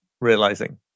realizing